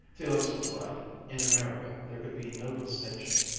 felix was right in america there could be no distinction,